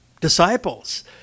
disciples